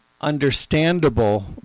understandable